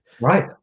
Right